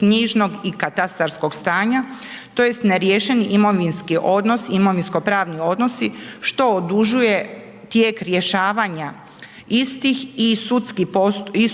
zemljišnoknjižnog i katastarskog stanja tj. ne riješeni imovinski odnos, imovinsko pravni odnosi što odužuje tijek rješavanja istih i